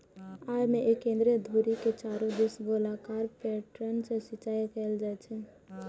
अय मे एक केंद्रीय धुरी के चारू दिस गोलाकार पैटर्न सं सिंचाइ कैल जाइ छै